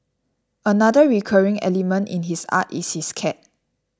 another recurring element in his art is his cat